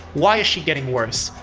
why is she getting worse.